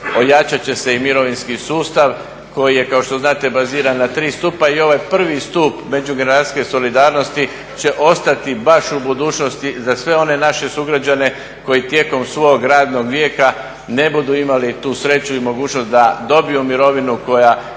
ojačat će se i mirovinski sustav koji je kao što znate baziran na tri stupa i ovaj prvi stup međugeneracijske solidarnosti će ostati baš u budućnosti za sve one naše sugrađane koji tijekom svog radnog vijeka ne budu imali tu sreću i mogućnost da dobiju mirovinu koja